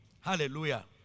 Hallelujah